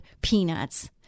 peanuts